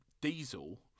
diesel